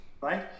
right